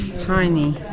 Tiny